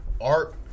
art